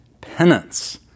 penance